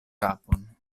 kapon